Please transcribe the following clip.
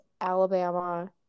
Alabama